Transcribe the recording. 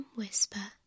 Whisper